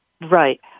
Right